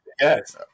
Yes